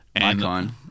Icon